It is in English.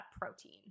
protein